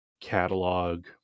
catalog